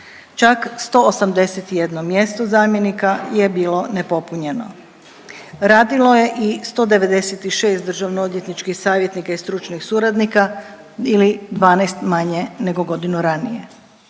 čak 181 mjesto zamjenika je bilo nepopunjeno. Radilo je i 196 državno odvjetničkih savjetnika i stručnih suradnika ili 12 manje nego godinu ranije.